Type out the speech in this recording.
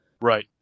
Right